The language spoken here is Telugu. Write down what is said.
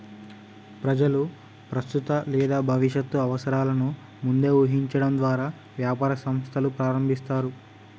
ప్రజలు ప్రస్తుత లేదా భవిష్యత్తు అవసరాలను ముందే ఊహించడం ద్వారా వ్యాపార సంస్థలు ప్రారంభిస్తారు